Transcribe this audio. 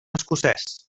escocès